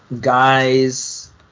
guys